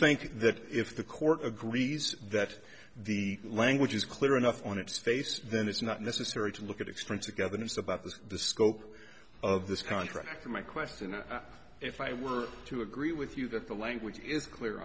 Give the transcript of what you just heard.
think that if the court agrees that the language is clear enough on its face then it's not necessary to look at extrinsic evidence about was the scope of this contract or my question if i were to agree with you that the language is clear